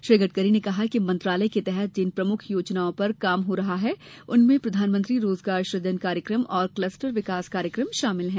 श्री गडकरी ने कहा कि मंत्रालय के तहत जिन प्रमुख योजनाओं पर काम हो रहा है उनमें प्रधानमंत्री रोजगार सुजन कार्यक्रम और क्लस्टर विकास कार्यक्रम शामिल है